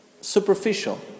superficial